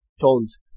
tones